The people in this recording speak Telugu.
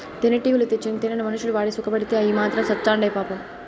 తేనెటీగలు తెచ్చిన తేనెను మనుషులు వాడి సుకపడితే అయ్యి మాత్రం సత్చాండాయి పాపం